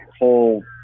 whole